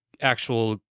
actual